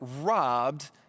robbed